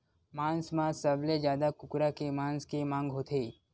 मांस म सबले जादा कुकरा के मांस के मांग होथे